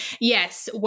yes